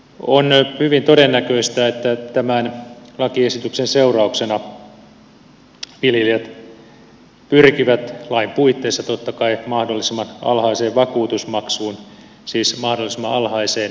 on hyvin todennäköistä että tämän lakiesityksen seurauksena viljelijät pyrkivät lain puitteissa totta kai mahdollisimman alhaiseen vakuutusmaksuun siis mahdollisimman alhaiseen työtuloon